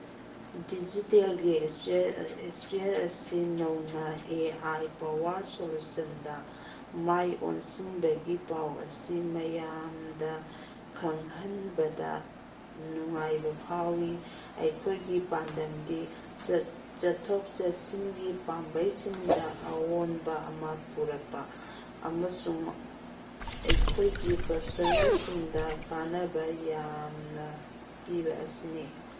ꯗꯤꯖꯤꯇꯦꯜꯒꯤ ꯏꯁꯄꯤꯌꯔ ꯑꯁꯤ ꯅꯧꯅ ꯑꯦ ꯑꯥꯏ ꯄꯥꯋꯔ ꯁꯣꯂꯨꯁꯟꯗ ꯃꯥꯏ ꯑꯣꯟꯁꯤꯟꯕꯒꯤ ꯄꯥꯎ ꯑꯁꯤ ꯃꯌꯥꯝꯗ ꯈꯪꯍꯟꯕꯗ ꯅꯨꯡꯉꯥꯏꯕ ꯐꯥꯎꯋꯤ ꯑꯩꯈꯣꯏꯒꯤ ꯄꯥꯟꯗꯝꯗꯤ ꯆꯠꯊꯣꯛ ꯆꯠꯁꯤꯟꯒꯤ ꯄꯥꯝꯕꯩꯁꯤꯡꯗ ꯑꯑꯣꯟꯕ ꯑꯃ ꯄꯨꯔꯛꯄ ꯑꯃꯁꯨꯡ ꯑꯩꯈꯣꯏꯒꯤ ꯀꯁꯇꯃꯔꯗ ꯀꯥꯟꯅꯕ ꯌꯥꯝꯅ ꯄꯤꯕ ꯑꯁꯤꯅꯤ